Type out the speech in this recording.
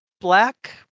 Black